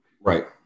right